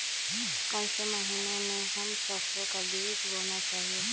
कौन से महीने में हम सरसो का बीज बोना चाहिए?